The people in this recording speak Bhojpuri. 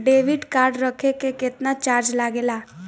डेबिट कार्ड रखे के केतना चार्ज लगेला?